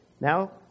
Now